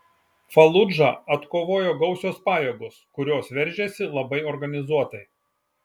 faludžą atkovojo gausios pajėgos kurios veržėsi labai organizuotai